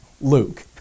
Luke